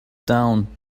down